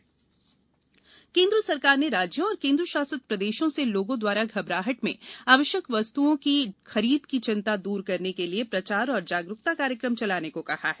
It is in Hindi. सरकार आश्यक वस्तुए केंद्र सरकार ने राज्यों और केंद्र शासित प्रदेशों से लोगों द्वारा घबराहट में आवश्यक जरूरत की वस्तुओं की खरीद की चिंता दूर करने के लिए प्रचार और जागरूकता कार्यक्रम चलाने को कहा है